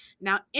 Now